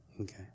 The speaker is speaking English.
Okay